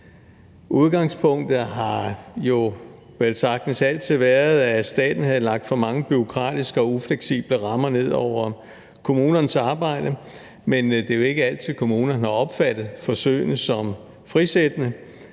Udgangspunktet har jo velsagtens altid været, at staten havde lagt for mange bureaukratiske og ufleksible rammer ned over kommunernes arbejde, men det er jo ikke altid, at kommunerne har opfattet forsøgene som frisættende.